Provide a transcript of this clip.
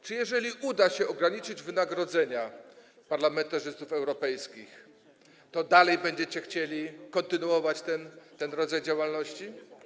Czy jeżeli uda się ograniczyć wynagrodzenia parlamentarzystów europejskich, to dalej będziecie chcieli kontynuować ten rodzaj działalności?